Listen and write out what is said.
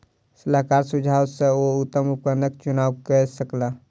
सलाहकारक सुझाव सॅ ओ उत्तम उपकरणक चुनाव कय सकला